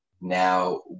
Now